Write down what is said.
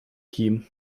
kim